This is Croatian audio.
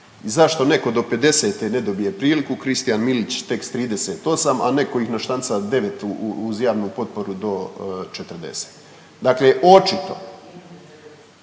zašto netko do 50-e ne dobije priliku, Kristijan Milić tekst 38, a netko ih naštanca 9 uz javnu potporu do 40-e. Dakle očito.